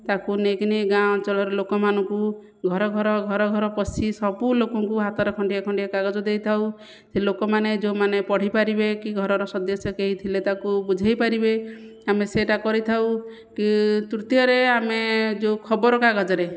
ତାକୁ ନେଇକିନି ଗାଁ ଅଞ୍ଚଳର ଲୋକମାନଙ୍କୁ ଘର ଘର ଘର ଘର ପଶି ସବୁ ଲୋକଙ୍କୁ ହାତରେ ଖଣ୍ଡିଏ ଖଣ୍ଡିଏ କାଗଜ ଦେଇଥାଉ ସେ ଲୋକମାନେ ଯେଉଁମାନେ ପଢ଼ିପାରିବେ କି ଘରର ସଦସ୍ୟ କେହି ଥିଲେ ତାକୁ ବୁଝାଇପାରିବେ ଆମେ ସେଟା କରିଥାଉ କି ତୃତୀୟରେ ଆମେ ଯେଉଁ ଖବରକାଗଜରେ